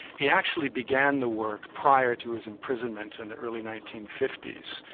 he actually began the work prior to his imprisonment in the early nineteen fifty s,